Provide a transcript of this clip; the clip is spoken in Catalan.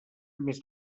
més